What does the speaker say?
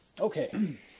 Okay